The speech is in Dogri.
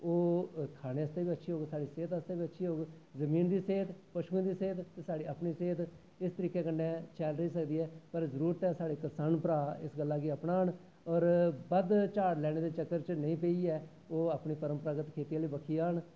ओह् खाने आस्तै बी अच्छी होग साढ़ी सेह्त आस्तै बी अच्ची होग जमीन दी सेह्त पशुएं दी सेह्त ते साढ़ी अपनी सेह्त इसतरीकै कन्नै शैल रेही सकदी ऐ और जरूरत ऐ साढ़े कसान भ्रा इस गल्ला गी अपनान और बद्द झाड़ नेईं लैने दे चक्कर च पेईयै एह् परंपरागत खेत्ती आह्ली बक्खी आन